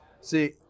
See